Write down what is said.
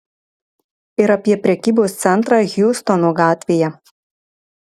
ir apie prekybos centrą hjustono gatvėje